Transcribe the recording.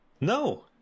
No